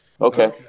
Okay